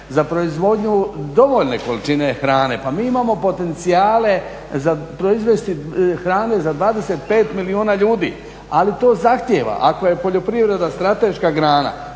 za proizvodnju dovoljne količine hrane. Pa mi imamo potencijale za proizvesti hrane za 25 milijuna ljudi, ali to zahtijeva. Ako je poljoprivreda strateška grana